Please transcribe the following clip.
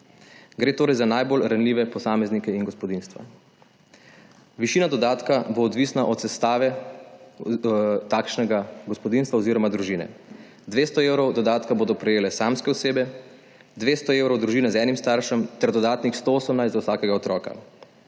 Gre torej za najbolj ranljive posameznike in gospodinjstva. Višina dodatka bo odvisna od sestave takšnega gospodinjstva oziroma družine. 200 evrov dodatka bodo prejele samske osebe, 200 evrov družine z enim staršem ter dodatnih 118 za vsakega otroka.